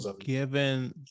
given